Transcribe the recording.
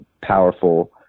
powerful